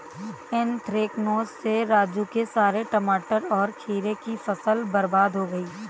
anthracnose से राजू के सारे टमाटर और खीरे की फसल बर्बाद हो गई